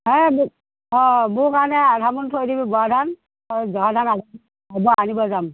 হে অ মোৰ কাৰণে আধামোন থৈ দিবি বৰা ধান আৰু জহা ধান আধা মই আনিব যাম